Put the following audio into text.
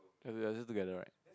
they are still together right